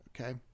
okay